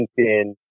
LinkedIn